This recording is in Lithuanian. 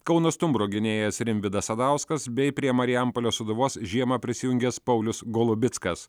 kauno stumbro gynėjas rimvydas sadauskas bei prie marijampolės sūduvos žiemą prisijungęs paulius golubickas